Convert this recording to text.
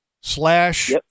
slash